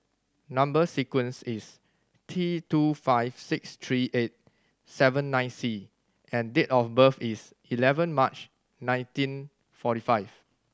number sequence is T two five six three eight seven nine C and date of birth is eleven March nineteen forty five